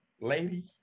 lady